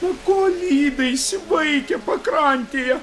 o ko lydaisi vaike pakrantėje